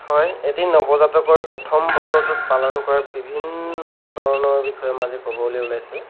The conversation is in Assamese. হয় এটি নৱজাতকৰ প্ৰথম বছৰটোত পালন কৰা বিভিন্ন আচৰণৰ বিষয়ে মই আজি ক'বলৈ ওলাইছোঁ